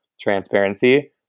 transparency